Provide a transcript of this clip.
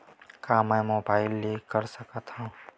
का मै मोबाइल ले कर सकत हव?